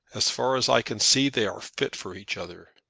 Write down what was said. as far as i can see, they are fit for each other.